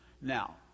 Now